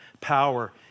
power